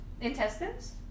intestines